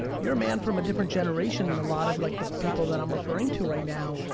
you're a man from a different generation than a lot of like the people that i'm referring to right now,